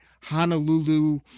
Honolulu